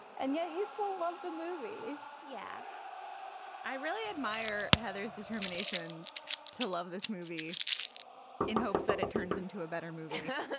and yet you still love the movie yeah i really admire heather's determination to love this movie in hopes that it turns into a better movie but that